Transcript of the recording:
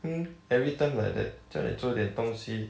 mm every time like that 叫你做一点东西